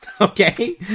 Okay